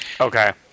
Okay